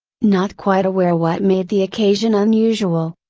not quite aware what made the occasion unusual,